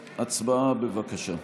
הצבעה, בבקשה.